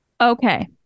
Okay